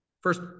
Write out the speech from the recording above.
First